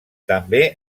també